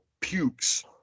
pukes